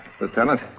Lieutenant